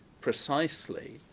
Precisely